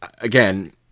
again